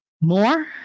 more